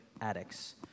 addicts